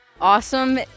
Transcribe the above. Awesome